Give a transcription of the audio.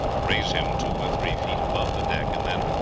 raise him two or three feet above the deck, and then,